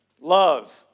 love